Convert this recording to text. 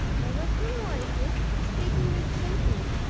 there were two voices speaking distinctly